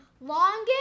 longest